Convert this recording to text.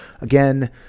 Again